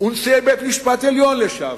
ונשיאי בית-משפט עליון לשעבר,